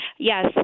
Yes